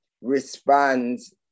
responds